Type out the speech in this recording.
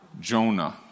Jonah